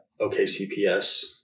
OKCPS